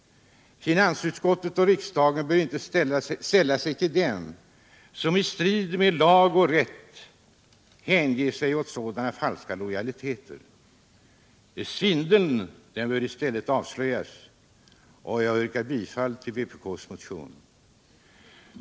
Finansutskottet och riksdagen bör inte sälla sig till dem som i strid med lag och rätt hänger sig åt sådana falska lojaliteter. Svindeln bör i stället avslöjas. Jag yrkar bifall till vpk:s motion.